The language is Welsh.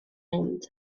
mynd